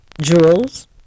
jewels